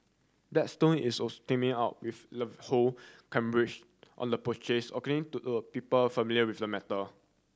Blackstone is also teaming up with Ivanhoe Cambridge on the purchase according to a people familiar with the matter